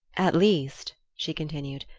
at least, she continued,